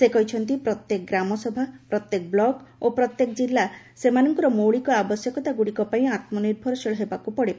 ସେ କହିଛନ୍ତି ପ୍ରତ୍ୟେକ ଗ୍ରାମସଭା ପ୍ରତ୍ୟେକ ବ୍ଲକ୍ ଓ ପ୍ରତ୍ୟେକ ଜିଲ୍ଲା ସେମାନଙ୍କର ମୌଳିକ ଆବଶ୍ୟକତାଗୁଡ଼ିକପାଇଁ ଆତ୍କନିର୍ଭରଶୀଳ ହେବାକୁ ପଡ଼ିବ